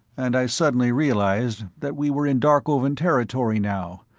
and i suddenly realized that we were in darkovan territory now,